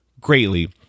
greatly